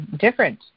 different